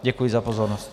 Děkuji za pozornost.